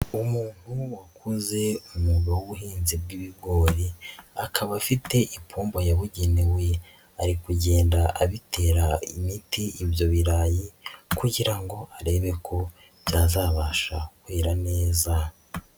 Umuntu wakoze umwuga w'ubuhinzi bw'ibigori akaba afite ipomba yabugenewe, ari kugenda abitera imiti ibyo birayi kugira ngo arebe ko byazabasha kwera neza.